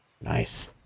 Nice